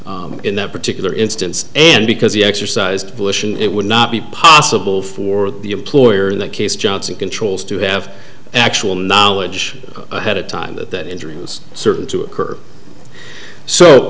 in that particular instance and because he exercised pollution it would not be possible for the employer in that case johnson controls to have actual knowledge ahead of time that that injury was certain to occur so